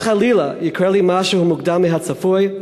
אם חלילה יקרה לי משהו מוקדם מהצפוי,